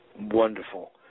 Wonderful